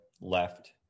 left